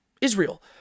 Israel